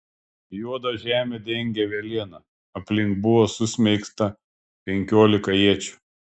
juodą žemę dengė velėna aplink buvo susmeigta penkiolika iečių